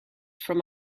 from